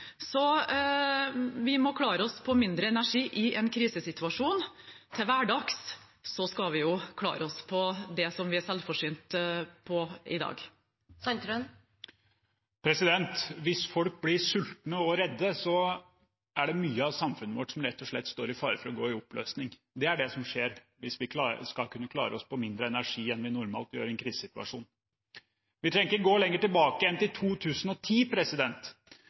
Vi må klare oss på mindre energi i en krisesituasjon. Til hverdags skal vi klare oss på det som vi er selvforsynt med i dag. Hvis folk blir sultne og redde, er det mye av samfunnet vårt som rett og slett står i fare for å gå i oppløsning. Det er det som skjer hvis vi skal kunne klare oss på mindre energi enn vi normalt gjør, i en krisesituasjon. Vi trenger ikke gå lenger tilbake enn til 2010